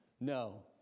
No